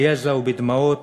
ביזע ובדמעות,